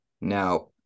Now